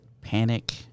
Panic